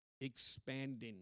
expanding